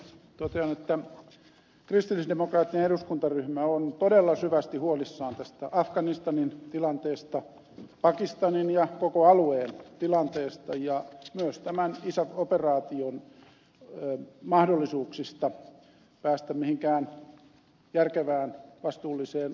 totean että kristillisdemokraattinen eduskuntaryhmä on todella syvästi huolissaan tästä afganistanin pakistanin ja koko alueen tilanteesta ja myös tämän isaf operaation mahdollisuuksista päästä mihinkään järkevään vastuulliseen lopputulokseen